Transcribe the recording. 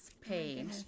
page